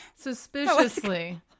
suspiciously